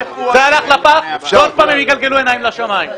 זה הלך לפח ועוד פעם הם יגלגלו עיניים לשמיים.